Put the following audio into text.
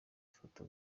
ifoto